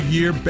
Year